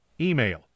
Email